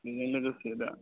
बेजों लोगोसे दा